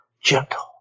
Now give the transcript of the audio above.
gentle